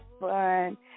fun